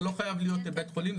זה לא חייב להיות בית חולים,